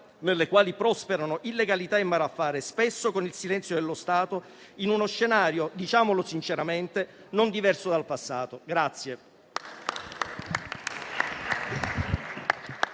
nelle quali prosperano illegalità e malaffare, spesso con il silenzio dello Stato, in uno scenario - diciamolo sinceramente - non diverso dal passato.